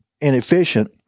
inefficient